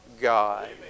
God